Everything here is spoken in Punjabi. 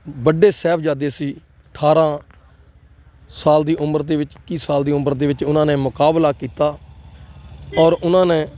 ਵੱਡੇ ਸਾਹਿਬਜ਼ਾਦੇ ਸੀ ਅਠਾਰਾਂ ਸਾਲ ਦੀ ਉਮਰ ਦੇ ਵਿੱਚ ਇੱਕੀ ਸਾਲ ਦੀ ਉਮਰ ਦੇ ਵਿੱਚ ਉਹਨਾਂ ਨੇ ਮੁਕਾਬਲਾ ਕੀਤਾ ਔਰ ਉਹਨਾਂ ਨੇ